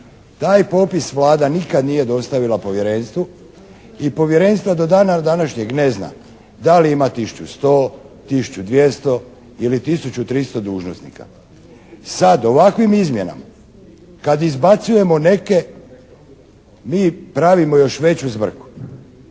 Taj popis Vlada nikad nije dostavila povjerenstvu i povjerenstvo do dana današnjeg ne zna da li ima 1100, 1200 ili 1300 dužnosnika. Sad ovakvim izmjenama kad izbacujemo neke mi pravimo još veću zbrku.